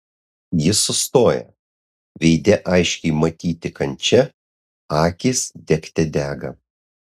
jis sustoja veide aiškiai matyti kančia akys degte dega